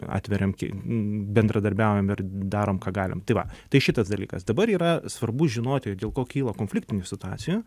atveriam bendradarbiaujam ir darom ką galim tai va tai šitas dalykas dabar yra svarbu žinoti dėl ko kyla konfliktinių situacijų